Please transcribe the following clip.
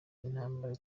intambara